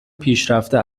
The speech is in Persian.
پیشرفته